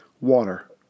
Water